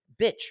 bitch